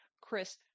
Chris